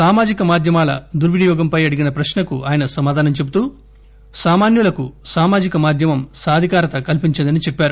సామాజిక మాధ్యమాల దుర్పినియోగంపై అడిగిన ప్రశ్నకు ఆయన సమాధానం చెబుతూ సామాన్యులకు సామాజిక మాధ్యమం సాధికారత కల్పించిందని చెప్పారు